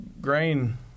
grain